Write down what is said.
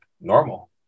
normal